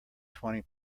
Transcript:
twenty